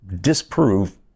disprove